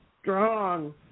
Strong